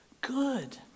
good